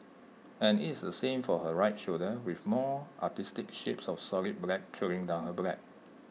and IT is the same for her right shoulder with more artistic shapes of solid black trailing down her black